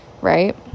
right